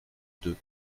deux